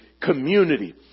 community